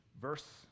Verse